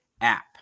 app